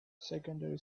secondary